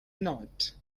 not